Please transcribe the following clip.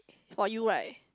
for you right